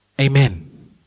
amen